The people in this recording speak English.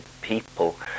people